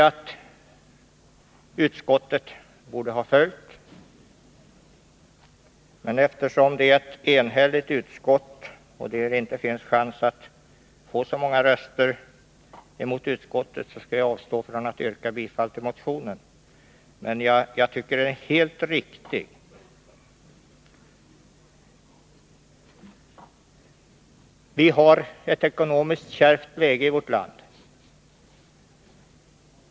Utskottet borde ha följt mitt förslag, Men eftersom utskottet har varit enigt och det inte finns stor chans att få så många röster gentemot utskottets hemställan, skall jag avstå från att yrka bifall till motionen. Jag tycker dock att motionens krav är helt riktigt, Vårt land befinner sig i ett kärvt ekonomiskt läge.